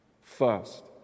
first